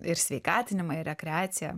ir sveikatinimą ir rekreaciją